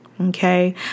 okay